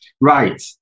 right